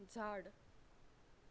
झाड